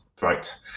right